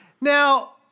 Now